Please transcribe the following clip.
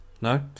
No